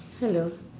hello